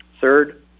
Third